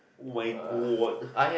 my god